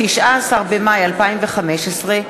19 במאי 2015,